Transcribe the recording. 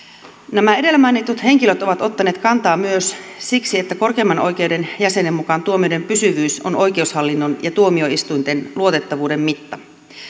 nämä edellä mainitut henkilöt ovat ottaneet kantaa myös siksi että korkeimman oikeuden jäsenen mukaan tuomioiden pysyvyys on oikeushallinnon ja tuomioistuinten luotettavuuden mitta